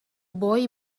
boy